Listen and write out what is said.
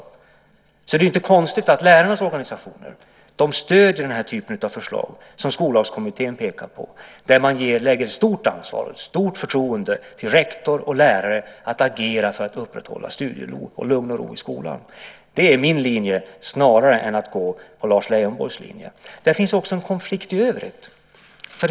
Det är därför inte konstigt att lärarnas organisationer stöder den typen av förslag som Skollagskommittén pekar på där man lägger ett stort ansvar och ett stort förtroende på rektor och lärare att agera för att upprätthålla studiero och lugn och ro i skolan. Det är min linje snarare än att gå på Lars Leijonborgs linje. Det finns också en konflikt i övrigt.